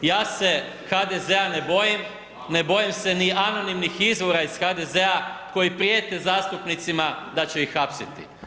Ja se HDZ-a ne bojim, ne bojim se ni anonimnih izvora iz HDZ-a koji prijete zastupnicima da će ih hapsiti.